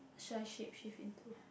should I shapeshift into